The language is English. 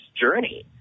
journey